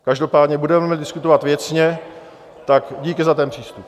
Každopádně budeme diskutovat věcně, tak díky za ten přístup.